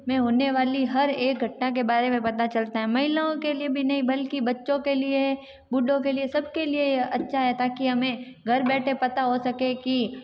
में होने वाली हर एक घटना के बारे में पता चलता है महिलाओं के लिए भी नहीं बल्कि बच्चों के लिए बुड्ढों के लिए सबके लिए ये अच्छा है ताकि हमें घर बैठे पता हो सके कि